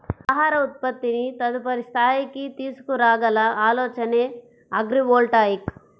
ఆహార ఉత్పత్తిని తదుపరి స్థాయికి తీసుకురాగల ఆలోచనే అగ్రివోల్టాయిక్